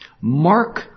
Mark